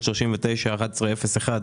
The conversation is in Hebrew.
תכנית 391101